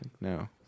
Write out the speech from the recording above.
No